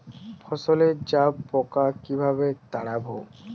ফসলে জাবপোকা কিভাবে তাড়াব?